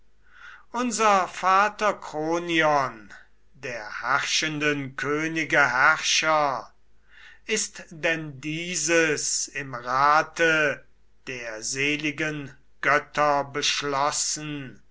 unser vater kronion der herrschenden könige herrscher ist denn dieses im rate der seligen götter beschlossen